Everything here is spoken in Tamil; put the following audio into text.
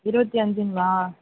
இருபத்தி அஞ்சிங்களா